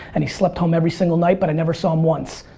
and he slept home every single night, but i never saw him once.